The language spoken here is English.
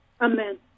Amen